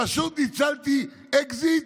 פשוט ניצלתי אקזיט,